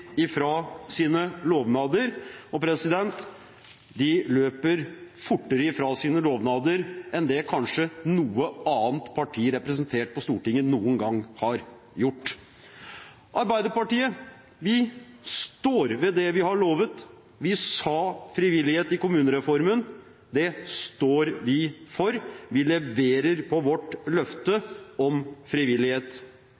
ifra sine lovnader, og de løper fortere ifra sine lovnader enn det kanskje noe annet parti representert på Stortinget noen gang har gjort. Vi i Arbeiderpartiet står ved det vi har lovet, vi sa «frivillighet» i kommunereformen, det står vi for, vi leverer på vårt